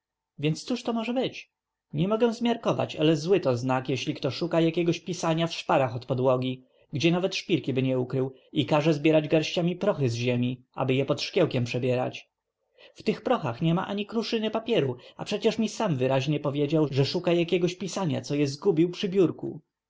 więc cóż to może być nie mogę zmiarkować ale zły to znak jeśli kto szuka jakiegoś pisania w szparach od podłogi gdzie nawet szpilki by nie ukrył i każe zbierać garściami prochy z ziemi aby je pod szkiełkiem przebierać w tych prochach niema ani kruszyny papieru a przecież mi sam wyraźnie powiedział że szuka jakiegoś pisania co je zgubił